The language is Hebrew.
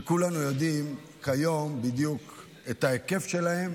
וכולנו יודעים כיום בדיוק את ההיקף של אותן